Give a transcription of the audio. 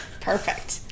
Perfect